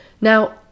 Now